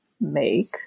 make